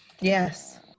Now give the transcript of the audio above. Yes